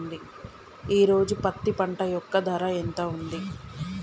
ఈ రోజు పత్తి పంట యొక్క ధర ఎంత ఉంది?